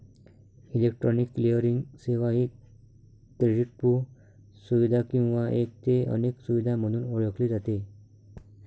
electronic clearing सेवा ही क्रेडिटपू सुविधा किंवा एक ते अनेक सुविधा म्हणून ओळखली जाते